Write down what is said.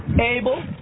Abel